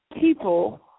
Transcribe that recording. People